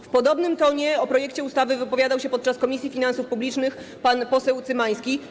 W podobnym tonie o projekcie ustawy wypowiadał się podczas Komisji Finansów Publicznych pan poseł Cymański.